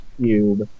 cube